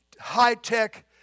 high-tech